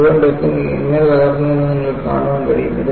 മുഴുവൻ ഡെക്കും എങ്ങനെ തകർന്നുവെന്ന് നിങ്ങൾക്ക് കാണാൻ കഴിയും